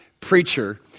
preacher